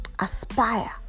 aspire